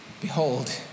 behold